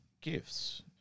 gifts